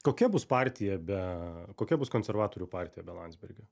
kokia bus partija be kokia bus konservatorių partija be landsbergio